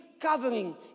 covering